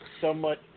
somewhat